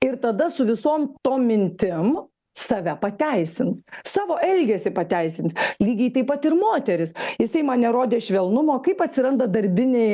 ir tada su visom tom mintim save pateisins savo elgesį pateisins lygiai taip pat ir moterys jisai man nerodė švelnumo kaip atsiranda darbiniai